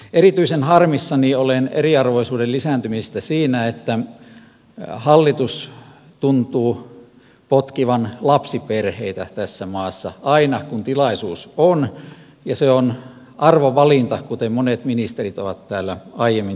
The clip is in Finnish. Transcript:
erityisen harmissani olen eriarvoisuuden lisääntymisestä siinä että hallitus tuntuu potkivan lapsiperheitä tässä maassa aina kun tilaisuus on ja se on arvovalinta kuten monet ministerit ovat täällä aiemmin todenneet